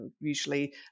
usually